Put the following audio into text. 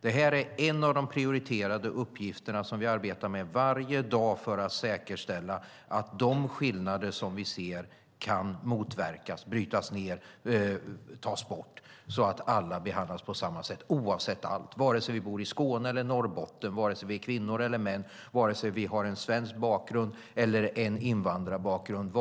Det här är en av de prioriterade uppgifterna som vi arbetar med varje dag för att säkerställa att de skillnader som vi ser kan motverkas, brytas ned och tas bort så att alla behandlas på samma sätt vare sig vi bor i Skåne eller Norrbotten, vare sig vi är kvinnor eller män, vare sig vi har en svensk bakgrund eller en invandrarbakgrund,